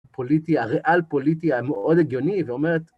פוליטיה, ריאל פוליטיה מאוד הגיוני, ואומרת...